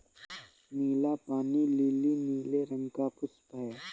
नीला पानी लीली नीले रंग का एक पुष्प है